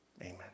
Amen